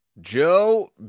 Joe